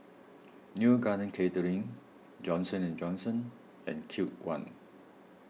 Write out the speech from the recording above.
Neo Garden Catering Johnson and Johnson and Cube one